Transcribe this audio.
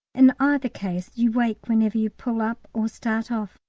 in either case you wake whenever you pull up or start off.